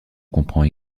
comprend